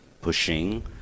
pushing